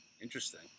Interesting